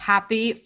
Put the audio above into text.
Happy